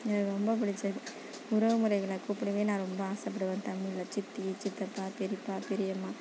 எனக்கு ரொம்ப பிடிச்சது உறவு முறைகளை கூப்பிடவே நான் ரொம்ப ஆசைப்படுவேன் தமிழில் சித்தி சித்தப்பா பெரியப்பா பெரியம்மா